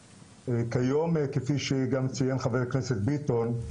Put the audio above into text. וכיום כפי שגם ציין חבר הכנסת ביטון,